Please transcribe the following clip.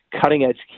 cutting-edge